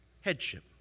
Headship